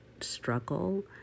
struggle